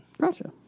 Gotcha